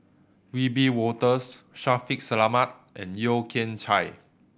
Wiebe Wolters Shaffiq Selamat and Yeo Kian Chai